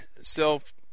self